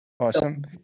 Awesome